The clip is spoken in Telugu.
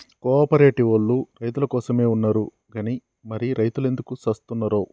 కో ఆపరేటివోల్లు రైతులకోసమే ఉన్నరు గని మరి రైతులెందుకు సత్తున్నరో